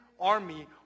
army